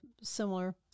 similar